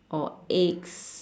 or eggs